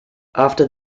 after